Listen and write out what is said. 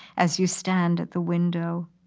as you stand at the window.